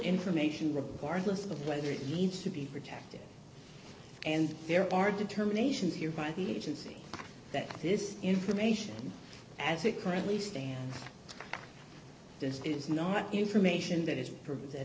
information regardless of whether it needs to be protected and there are determinations here by the agency that this information as it currently stands this is not information that is provided that